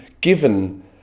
given